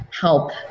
help